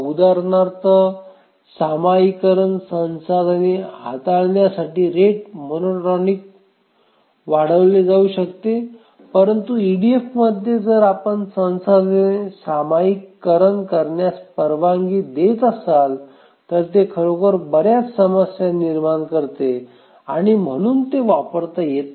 उदाहरणार्थ सामायिकरण संसाधने हाताळण्यासाठी रेट मोनोटॉनिक वाढविले जाऊ शकते परंतु ईडीएफमध्ये जर आपण संसाधने सामायिकरण करण्यास परवानगी देत असाल तर ते खरोखर बर्याच समस्या निर्माण करते आणि म्हणून ते वापरता येत नाही